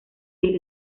del